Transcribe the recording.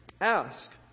ask